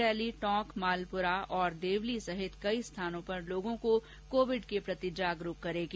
rally Tonk Malpura और देवली सहित कई स्थाानों पर लोगों को कोविड के प्रति जागरुक करेगी